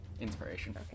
Inspiration